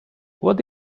what